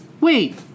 Wait